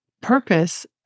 purpose